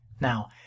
Now